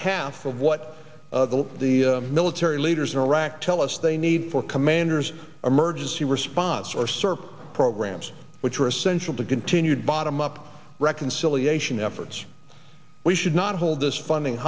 half of what of all the military leaders in iraq tell us they need for commanders emergency response or service programs which are essential to continued bottom up reconciliation efforts we should not hold this funding